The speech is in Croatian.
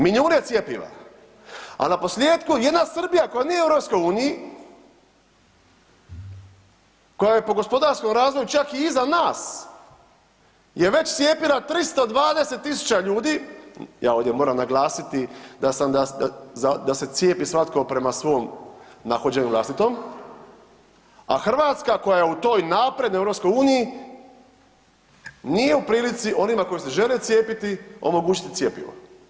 Milijune cjepiva, a naposljetku jedna Srbija koja nije u EU, koja je po gospodarskom razvoju čak i iza nas je već cijepila 320 tisuća ljudi, ja ovdje moram naglasiti da sam, da se cijepi svatko prema svom nahođenju vlastitom, a Hrvatska koja je u toj naprednoj EU, nije u prilici onima koji se žele cijepiti, omogućiti cjepivo.